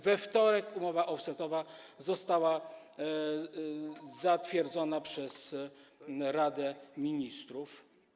We wtorek umowa offsetowa została zatwierdzona przez Radę Ministrów.